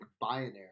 binary